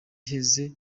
iheze